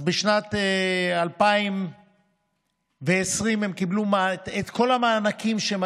בשנת 2020 הם קיבלו את כל המענקים שהם